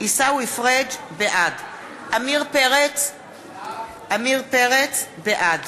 בעד עמיר פרץ, בעד